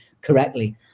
correctly